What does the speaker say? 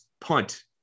punt